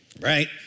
Right